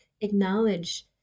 acknowledge